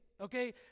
okay